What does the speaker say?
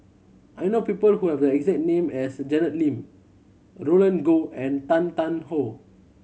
I know people who have the exact name as Janet Lim Roland Goh and Tan Tarn How